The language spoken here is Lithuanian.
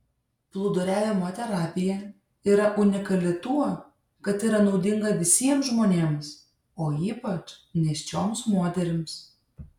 plūduriavimo terapija yra unikali tuo kad yra naudinga visiems žmonėms o ypač nėščioms moterims